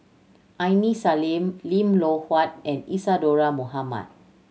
Aini Salim Lim Loh Huat and Isadhora Mohamed